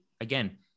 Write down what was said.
again